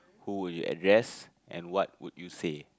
who would you address and what would you say